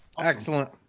Excellent